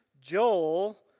Joel